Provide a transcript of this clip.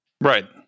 Right